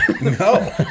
no